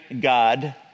God